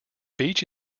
beach